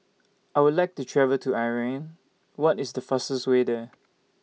I Would like to travel to Ukraine What IS The fastest Way There